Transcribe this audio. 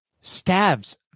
stabs